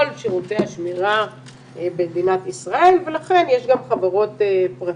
שירותי השמירה במדינת ישראל ולכן יש גם חברות פרטיות.